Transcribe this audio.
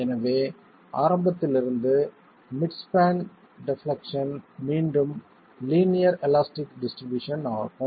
எனவே ஆரம்பத்திலிருந்து mid span deflection மீண்டும் லீனியர் எலாஸ்டிக் டிஸ்ட்ரிபியூஷன் ஆகும்